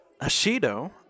Ashido